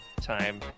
Time